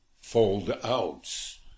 fold-outs